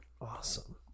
Awesome